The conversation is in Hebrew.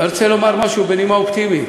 אני רוצה לומר משהו בנימה אופטימית,